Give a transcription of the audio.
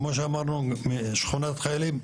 כמו שאמרנו שכונת חיילים,